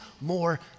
more